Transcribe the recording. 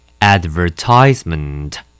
Advertisement